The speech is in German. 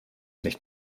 nicht